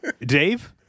Dave